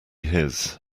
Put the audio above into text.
his